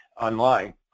online